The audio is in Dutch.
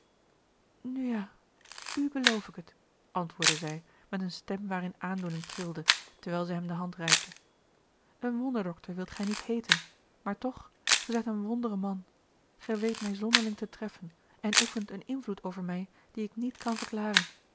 ja u beloof ik het antwoordde zij met eene stem waarin aandoening trilde terwijl zij hem de hand reikte een wonderdokter wilt gij niet heeten maar toch gij zijt een wondre man gij weet mij zonderling te treffen en oefent een invloed over mij dien ik niet kan verklaren